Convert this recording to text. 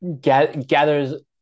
gathers